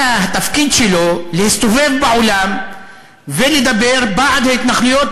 התפקיד שלו היה להסתובב בעולם ולדבר בעד ההתנחלויות,